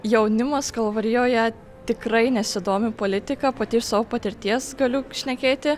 jaunimas kalvarijoje tikrai nesidomi politika pati iš savo patirties galiu šnekėti